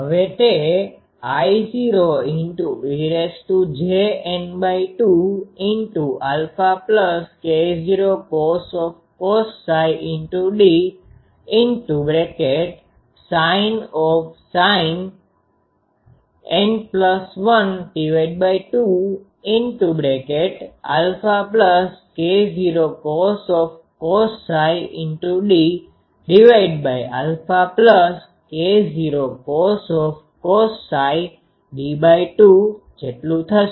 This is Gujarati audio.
હવે તે I૦ejN2 αK૦cos d sin N12αK૦cos d αK૦cos d2 થશે